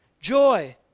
joy